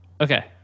Okay